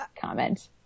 comment